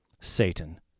Satan